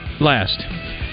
last